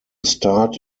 start